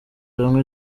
hamwe